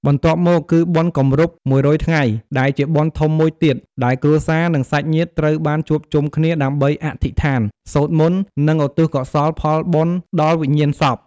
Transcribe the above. បន្ទាប់មក គឺបុណ្យគម្រប់ ១០០ ថ្ងៃ ដែលជាបុណ្យធំមួយទៀត ដែលគ្រួសារនិងសាច់ញាតិត្រូវបានជួបជុំគ្នាដើម្បីអធិដ្ឋាន សូត្រមន្ត និងឧទ្ទិសកុសលផលបិណ្យដល់វិញ្ញាណសព។